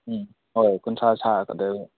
ꯎꯝ ꯍꯣꯏ ꯀꯨꯟꯊ꯭ꯔꯥ ꯁꯔꯛꯀꯗꯣꯏꯕ